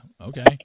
okay